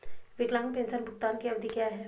विकलांग पेंशन भुगतान की अवधि क्या है?